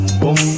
boom